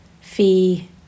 Fee